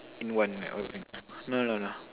in one yeah okay no no no no no